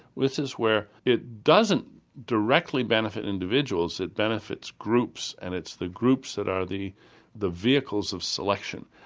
which is where it doesn't directly benefit individuals, it benefits groups and it's the groups that are the the vehicles of selection.